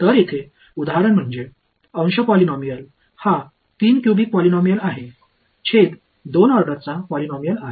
तर येथे उदाहरण म्हणजे अंश पॉलिनॉमियल हा 3 क्यूबिक पॉलिनॉमियल आहे छेद 2 ऑर्डरचा पॉलिनॉमियल आहे